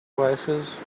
voicesand